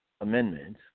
amendment